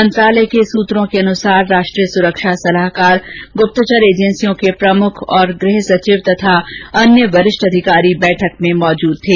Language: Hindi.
मंत्रालय के सूत्रों के अनुसार राष्ट्रीय सुरक्षा सलाहकार गुप्तचर एजेंसियों के प्रमुख और गृहसचिव तथा अन्य वरिष्ठ अधिकारी बैठक में उपस्थित थे